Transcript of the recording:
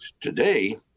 today